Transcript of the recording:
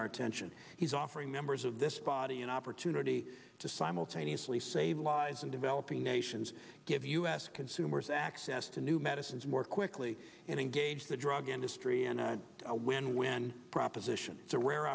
our attention he's offering members of this body an opportunity to simultaneously save lives in developing nations give us consumers access to new medicines work quickly and engage the drug industry in a win win proposition it's a rare